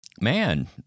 man